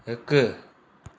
हिकु